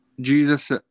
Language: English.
Jesus